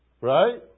Right